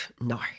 no